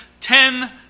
ten